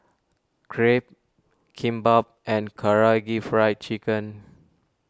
Crepe Kimbap and Karaage Fried Chicken